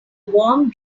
warm